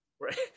right